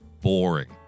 boring